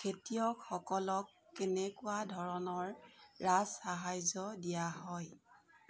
খেতিয়কসকলক কেনেকুৱা ধৰণৰ ৰাজসাহায্য দিয়া হয়